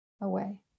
away